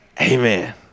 Amen